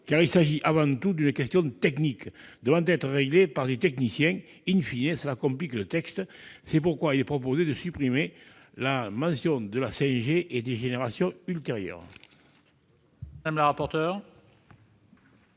car il s'agit avant tout d'une question technique devant être réglée par des techniciens., cela complique le texte. C'est pourquoi il est proposé ici de supprimer la mention de la 5G et des générations ultérieures. Quel est